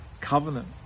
covenant